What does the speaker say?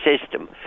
system